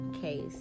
case